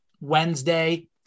Wednesday